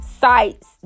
sites